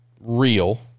real